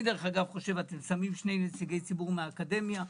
אתם שמים שני נציגי ציבור מהאקדמיה,